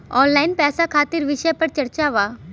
Online पैसा खातिर विषय पर चर्चा वा?